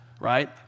right